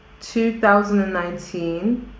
2019